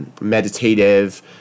meditative